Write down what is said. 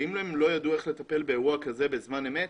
ואם הם לא ידעו איך לטפל באירוע כזה בזמן אמת,